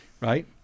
right